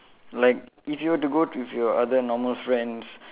like if you were to go with your other normal friends